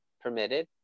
permitted